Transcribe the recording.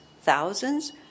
thousands